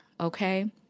Okay